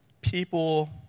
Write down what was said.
people